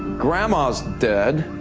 grandma's dead.